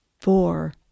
four